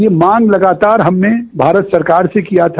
यह मांग लगातार हमने भारत सरकार से किया था